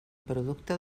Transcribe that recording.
producte